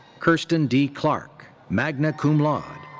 kirsten d. clark, magna cum laude.